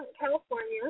California